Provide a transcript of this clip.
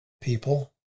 people